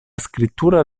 scrittura